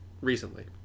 Recently